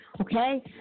okay